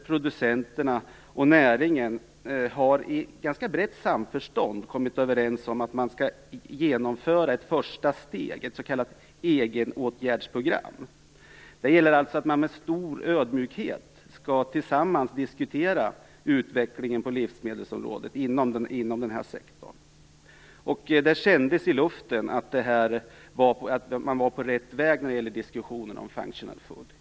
Producenterna och näringen har, i ganska brett samförstånd, kommit överens om att genomföra ett första steg, ett s.k. egenåtgärdsprogram. Det gäller alltså att man med stor ödmjukhet tillsammans skall diskutera utvecklingen på livsmedelsområdet inom den här sektorn. Det kändes i luften att man var på rätt väg i diskussionerna om functional foods.